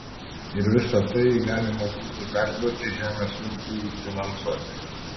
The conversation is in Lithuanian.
ir visa tai galima būtų perduoti žemės ūkiui finansuoti